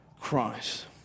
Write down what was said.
Christ